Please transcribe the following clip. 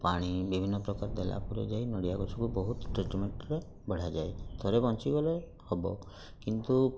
ପାଣି ବିଭିନ୍ନ ପ୍ରକାର ଦେଲାପରେ ଯାଇ ନଡ଼ିଆ ଗଛକୁ ବହୁତ ଟ୍ରିଟ୍ମେଣ୍ଟରେ ବଢ଼ାଯାଏ ଥରେ ବଞ୍ଚିଗଲେ ହବ କିନ୍ତୁ